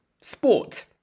sport